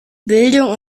bildung